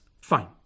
Fine